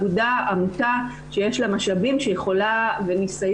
עמותה שיש לה משאבים וניסיון,